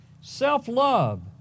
Self-love